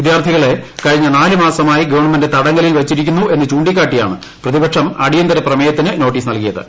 വിദ്യാർത്ഥികളെ കഴിഞ്ഞ നാല് മാസമായി ഗവൺമെന്റ് തടങ്കലിൽ വച്ചിരിക്കുന്നു എന്ന് ചൂണ്ടിക്കാട്ടിയാണ് പ്രതിപക്ഷം അടിയന്തര പ്രമേയത്തിന് നോട്ടീസ് നൽകിയത്